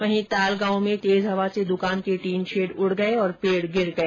वहीं ताल गांव में तेज हवा से दूकान के टीनशैड उड गए और पेड़ गिर गए